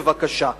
בבקשה.